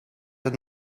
een